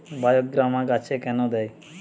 বায়োগ্রামা গাছে কেন দেয়?